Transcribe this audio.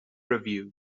review